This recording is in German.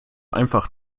einfach